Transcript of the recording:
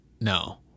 no